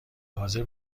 حاضر